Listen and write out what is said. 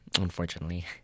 unfortunately